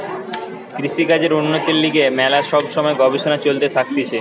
কৃষিকাজের উন্নতির লিগে ম্যালা সব সময় গবেষণা চলতে থাকতিছে